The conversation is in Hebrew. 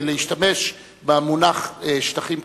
להשתמש במונח "שטחים כבושים"